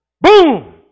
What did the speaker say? BOOM